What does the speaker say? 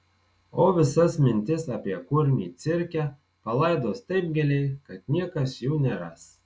o visas mintis apie kurmį cirke palaidos taip giliai kad niekas jų neras